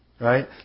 right